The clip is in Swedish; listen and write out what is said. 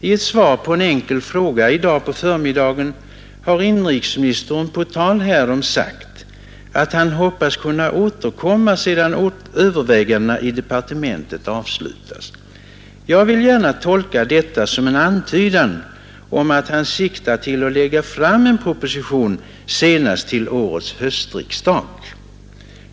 I ett svar på en enkel fråga i dag på förmiddagen har inrikesministern på tal härom sagt, att han hoppas kunna återkomma sedan övervägandena i departementet avslutats. Jag vill gärna tolka detta som en antydan om att han siktar till att lägga fram en proposition senast till årets höstriksdag.